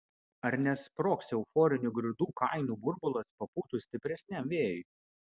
ar nesprogs euforinių grūdų kainų burbulas papūtus stipresniam vėjui